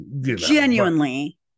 genuinely